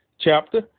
chapter